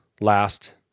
last